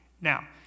Now